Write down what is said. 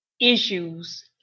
issues